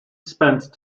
spent